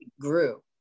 grew